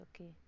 okay